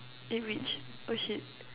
eggwich oh shit